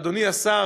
אדוני השר,